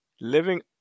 Living